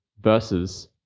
versus